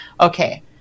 okay